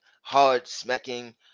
hard-smacking